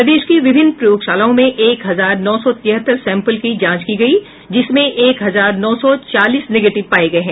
प्रदेश की विभिन्न प्रयोगशालाओं में एक हजार नौ सौ तिहत्तर सैंपल की जांच की गयी जिसमें एक हजार नौ सौ चालीस निगेटिव पाये गये हैं